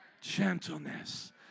gentleness